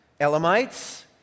Elamites